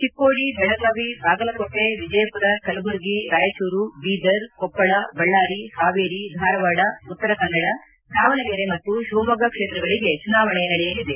ಚಿಕ್ಕೋಡಿ ಬೆಳಗಾವಿ ಬಾಗಲಕೋಟೆ ವಿಜಯಪುರ ಕಲಬುರಗಿ ರಾಯಚೂರು ಬೀದರ್ ಕೊಪ್ಪಳ ಬಳ್ಳಾರಿ ಹಾವೇರಿ ಧಾರವಾಡ ಉತ್ತರ ಕನ್ನಡ ದಾವಣಗೆರೆ ಮತ್ತು ಶಿವಮೊಗ್ಗ ಕ್ಷೇತ್ರಗಳಿಗೆ ಚುನಾವಣೆ ನಡೆಯಲಿದೆ